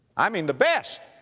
i mean the best,